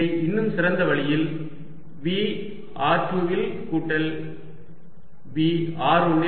இதை இன்னும் சிறந்த வழியில் V r2 வில் கூட்டல் V r1 ல் என எழுதுவோம் 12E